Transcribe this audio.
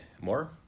more